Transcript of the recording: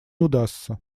удастся